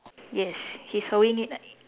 yes he's sawing it